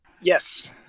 Yes